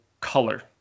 color